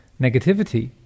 negativity